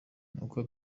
nuko